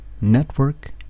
network